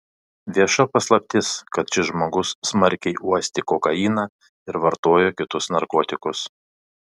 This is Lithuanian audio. vieša paslaptis kad šis žmogus smarkiai uostė kokainą ir vartojo kitus narkotikus